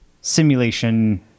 simulation